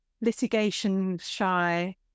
litigation-shy